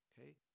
Okay